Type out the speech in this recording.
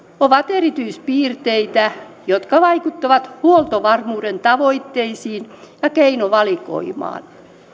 ovat erityispiirteitä jotka vaikuttavat huoltovarmuuden tavoitteisiin ja keinovalikoimaan